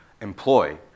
employ